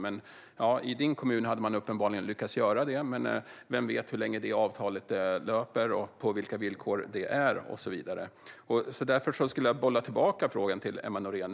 I din kommun, Emma Nohrén, har man uppenbarligen lyckats göra det. Men vem vet hur länge det avtalet löper, vilka villkoren är och så vidare. Därför skulle jag vilja bolla tillbaka frågan till Emma Nohrén.